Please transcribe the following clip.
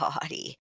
body